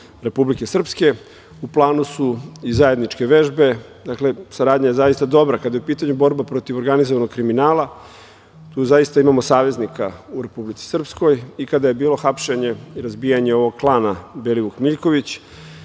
Republike Srpske. U planu su i zajedničke vežbe. Dakle, saradnja je zaista dobra kada je u pitanju borba protiv organizovanog kriminala. Tu zaista imamo saveznika u Republici Srpskoj. Kada je bilo hapšenje i razbijanje ovog klana Belivuk-Miljković,